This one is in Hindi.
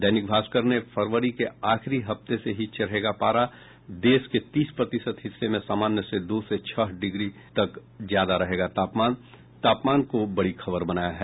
दैनिक भास्कर ने फरवरी के आखिरी हफ्ते से ही चढ़ेगा पारा देश के तीस प्रतिशत हिस्से में सामान्य से दो से छह डिग्री तक ज्यादा रहेगा तापमान को बड़ी खबर बनाया है